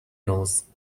nose